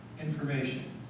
information